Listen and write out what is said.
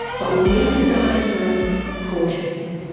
but we need to diagnose cautiously.